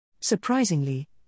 Surprisingly